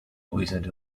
wizard